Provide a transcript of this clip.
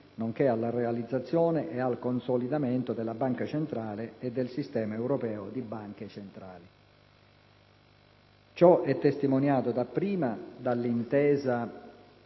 nonché alla realizzazione e al consolidamento della Banca centrale e del sistema europeo di banche centrali. Ciò è testimoniato dapprima dall'intensa